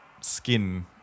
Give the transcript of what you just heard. skin